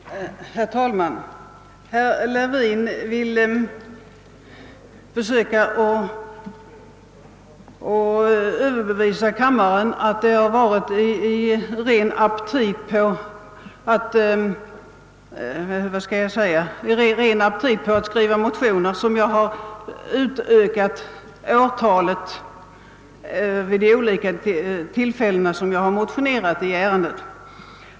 Herr talman! Herr Levin vill försöka överbevisa kammaren om att det har varit av ren aptit på att skriva motioner som jag har flyttat fram årtalet vid de olika tillfällen då jag har motionerat i detta ärende.